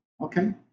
Okay